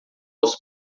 aos